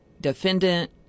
defendant